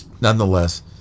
nonetheless